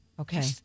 Okay